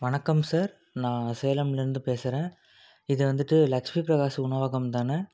வணக்கம் சார் நான் சேலம்லிருந்து பேசுகிறேன் இது வந்துட்டு லக்ஷ்மி பிரகாஷ் உணவகம் தானே